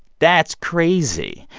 that's crazy.